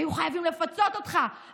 היו חייבים לפצות אותך,